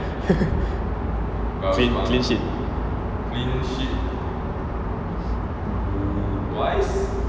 clean sheet